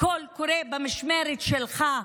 הכול קורה במשמרת שלך.